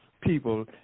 people